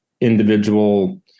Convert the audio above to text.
individual